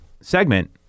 segment